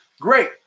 Great